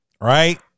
Right